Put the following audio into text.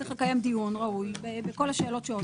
צריך לקיים דיון ראוי בכל השאלות שעולות.